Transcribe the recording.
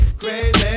crazy